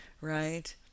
right